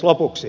lopuksi